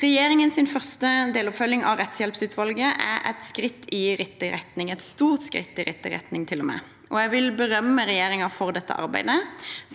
Regjeringens første deloppfølging av rettshjelpsutvalget er et stort skritt i riktig retning, og jeg vil berømme regjeringen for dette arbeidet.